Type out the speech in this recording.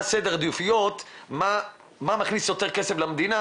מה סדר העדיפויות ומה מכניס יותר כסף למדינה,